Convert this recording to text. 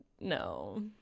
No